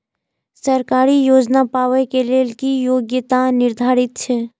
सरकारी योजना पाबे के लेल कि योग्यता निर्धारित छै?